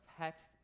text